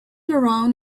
around